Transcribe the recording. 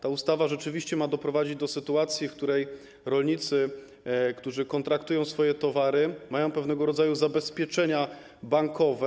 Ta ustawa rzeczywiście ma doprowadzić do sytuacji, w której rolnicy, którzy kontraktują swoje towary, mają pewnego rodzaju zabezpieczenia bankowe.